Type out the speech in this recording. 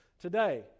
today